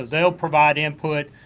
they will provide input,